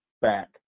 back